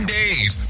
days